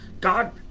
God